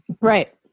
Right